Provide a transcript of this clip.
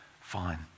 fine